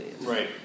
Right